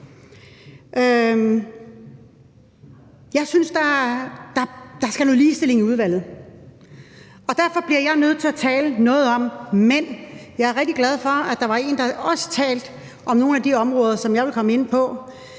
Jeg synes, der skal noget ligestilling i udvalget. Derfor bliver jeg nødt til at sige noget om mænd. Jeg er rigtig glad for, at der var en, der talte om nogle af de områder, som jeg også vil komme ind på.